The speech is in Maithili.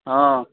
हँ